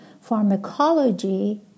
Pharmacology